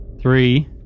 Three